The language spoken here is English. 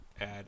add